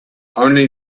only